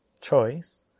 choice